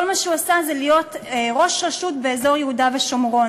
כל מה שהוא עשה זה להיות ראש רשות באזור יהודה ושומרון.